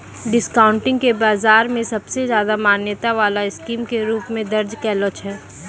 discounting के बाजार मे सबसे ज्यादा मान्यता वाला स्कीम के रूप मे दर्ज कैलो छै